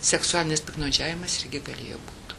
seksualinis piktnaudžiavimas irgi galėjo būt